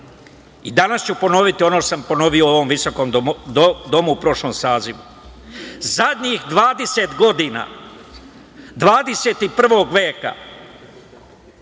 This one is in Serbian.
Danas ću ponoviti ono što sam ponovio u ovom visokom domu u prošlom sazivu. Zadnjih 20 godina 21. veka